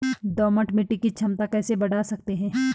दोमट मिट्टी की क्षमता कैसे बड़ा सकते हैं?